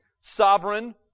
sovereign